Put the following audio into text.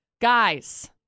Guys